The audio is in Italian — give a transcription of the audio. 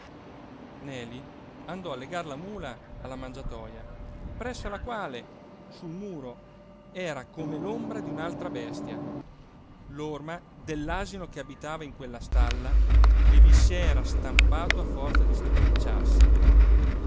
neli andò a legar la mula alla mangiatoja presso alla quale sul muro era come l'ombra di un'altra bestia l'orma dell'asino che abitava in quella stalla e vi s'era stampato a forza di stropicciarsi